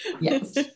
yes